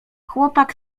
chłopak